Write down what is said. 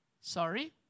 Sorry